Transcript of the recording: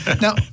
Now